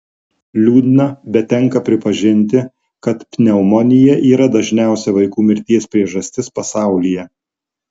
liūdna bet tenka pripažinti kad pneumonija yra dažniausia vaikų mirties priežastis pasaulyje